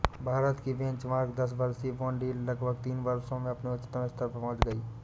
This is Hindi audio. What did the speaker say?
भारत की बेंचमार्क दस वर्षीय बॉन्ड यील्ड लगभग तीन वर्षों में अपने उच्चतम स्तर पर पहुंच गई